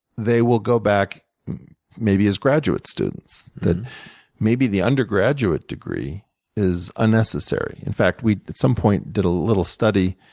they will go back maybe as graduate students. that maybe the undergraduate degree is ah necessary. necessary. in fact, we at some point did a little study,